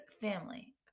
family